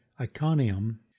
Iconium